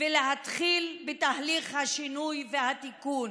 ולהתחיל בתהליך השינוי והתיקון.